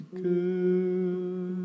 good